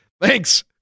Thanks